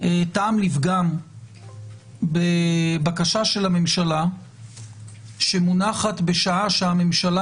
טעם לפגם בבקשה של הממשלה שמונחת בשעה שהממשלה